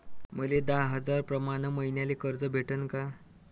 मले दहा हजार प्रमाण मईन्याले कर्ज भेटन का?